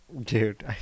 Dude